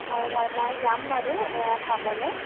হয় হয় মই যাম বাৰু চাবলৈ